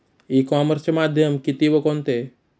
E कॉमर्सचे माध्यम किती व कोणते?